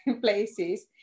places